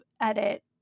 edit